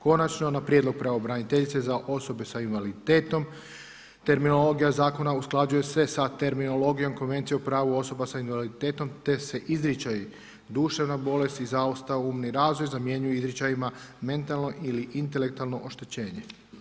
Konačno na prijedlog Pravobraniteljice za osobe sa invaliditetom terminologija zakona usklađuje se sa terminologijom Konvencije o pravu osoba sa invaliditetom te se izričaji „duševna bolest i zaostao umni razvoj zamjenjuju izričajima „mentalno ili intelektualno oštećenje“